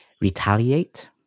retaliate